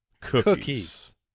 cookies